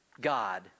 God